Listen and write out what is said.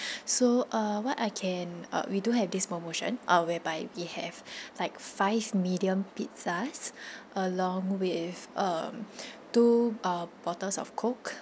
so uh what I can uh we do have this promotion uh whereby we have like five medium pizzas along with um two uh bottles of coke